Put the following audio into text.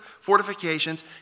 fortifications